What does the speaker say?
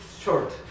short